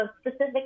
specific